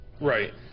Right